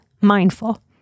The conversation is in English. mindful